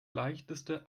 leichteste